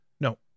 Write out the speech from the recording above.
No